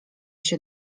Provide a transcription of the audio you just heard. się